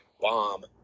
bomb